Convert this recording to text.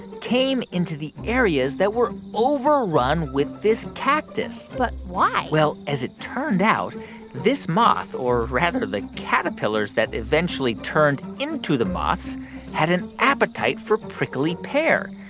came into the areas that were overrun with this cactus but why? well, as it turned out this moth or, rather, the caterpillars that eventually turned into the moths had an appetite for prickly pear.